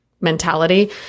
mentality